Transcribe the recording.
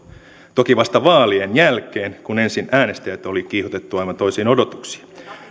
toki vasta vaalien jälkeen kun ensin äänestäjät oli kiihotettu aivan toisiin odotuksiin